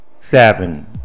Seven